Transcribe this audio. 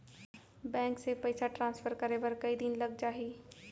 Bank से पइसा transfer करे बर कई दिन लग जाही?